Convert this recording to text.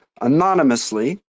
anonymously